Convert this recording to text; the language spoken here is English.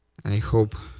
i hope